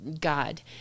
God